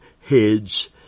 heads